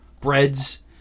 breads